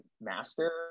master